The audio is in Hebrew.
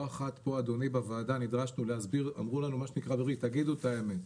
לא אחת נדרשנו פה בוועדה להסביר אמרו לנו: תגידו את האמת,